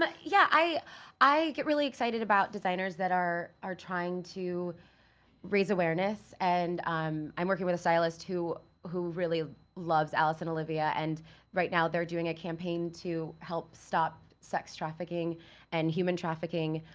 but yeah, i i get really excited about designers that are are trying to raise awareness and um i'm working with a stylist who who really loves alice and olivia and right now they're doing a campaign to help stop sex trafficking and human trafficking